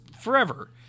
forever